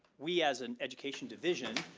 we as an education division,